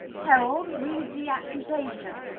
herald, read the accusation!